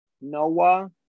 Noah